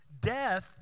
Death